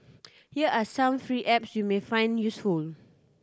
here are some free apps you may find useful